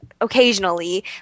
occasionally